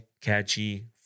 catchy